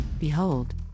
Behold